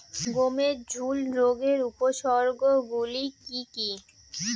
গমের ঝুল রোগের উপসর্গগুলি কী কী?